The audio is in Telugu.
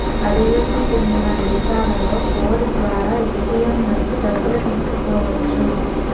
అభివృద్ధి చెందిన దేశాలలో కోడ్ ద్వారా ఏటీఎం నుంచి డబ్బులు తీసుకోవచ్చు